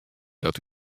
dat